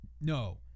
No